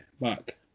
back